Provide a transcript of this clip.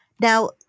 Now